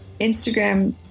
instagram